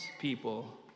people